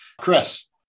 Chris